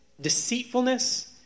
deceitfulness